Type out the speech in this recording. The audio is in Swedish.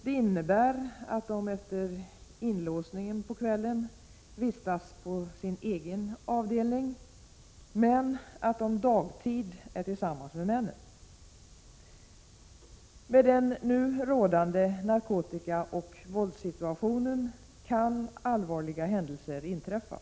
Det innebär att dessa efter inlåsningen på kvällen vistas på sin egen avdelning, men att de under dagtid är tillsammans med männen. Med den nu rådande narkotikaoch våldssituationen kan allvarliga händelser inträffa.